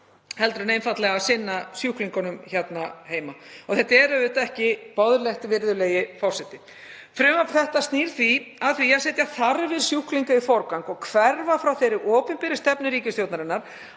þessa leið en að sinna sjúklingunum hér heima. Þetta er auðvitað ekki boðlegt, virðulegi forseti. Frumvarpið snýr að því að setja þarfir sjúklinga í forgang og hverfa frá þeirri opinberu stefnu ríkisstjórnarinnar